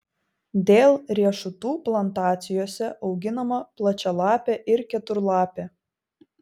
dėl riešutų plantacijose auginama plačialapė ir keturlapė